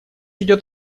идет